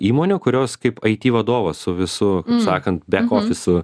įmonių kurios kaip aiti vadovas su visu kaip sakant bek ofisu